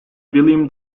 william